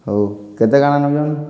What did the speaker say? ହଉ କେତେ କାଣା ନଉଛନ୍